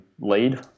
lead